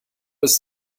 ist